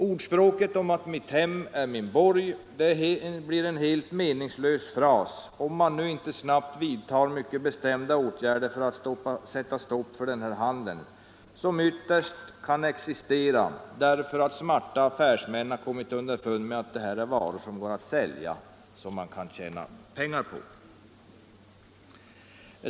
Ordspråket ”mitt hem är min borg” blir en helt meningslös fras om vi nu inte snabbt vidtar mycket bestämda åtgärder för att sätta stopp för den här handeln, som ytterst kan existera därför att smarta affärsmän har kommit underfund med att det här är varor som går att sälja och tjäna pengar på.